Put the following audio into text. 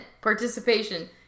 participation